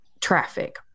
traffic